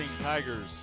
Tigers